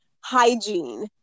hygiene